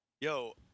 Yo